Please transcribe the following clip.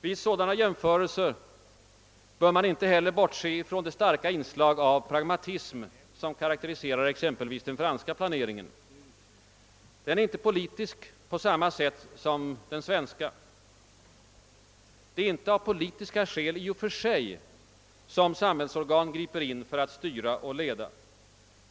Vid sådana jämförelser bör man inte heller bortse från det starka inslag av pragmatism som karakteriserar exempelvis den franska planeringen. Den är inte politisk på samma sätt som den svenska. Det är inte av politiska skäl i och för sig, som samhällsorgan griper in för att styra och leda.